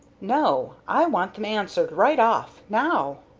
no, i want them answered right off, now.